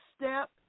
Step